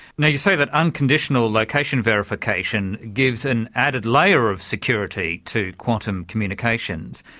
yeah you say that unconditional location verification gives an added layer of security to quantum communications.